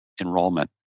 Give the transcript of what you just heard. enrollment